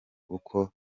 uko